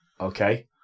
Okay